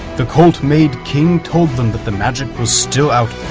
the colt made king told them that the magic was still out